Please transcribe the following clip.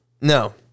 No